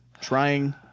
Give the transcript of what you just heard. Trying